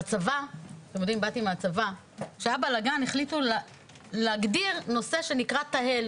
בצבא, כשהיה בלגן, החליטו להגדיר נושא שנקרא תה"ל